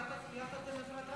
יחד עם,